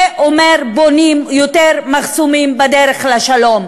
זה אומר: בונים יותר מחסומים בדרך לשלום,